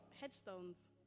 headstones